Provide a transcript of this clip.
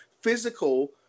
physical